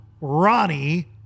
Ronnie